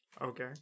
Okay